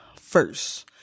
first